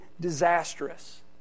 disastrous